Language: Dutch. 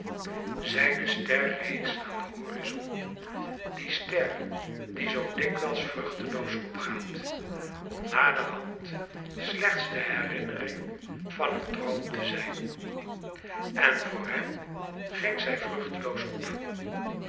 zijne ster rees aan den horizon die ster die zoo dikwijls vruchteloos opgaat om naderhand slechts de herinnering van een droom te zijn en voor hem ging zij vruchteloos op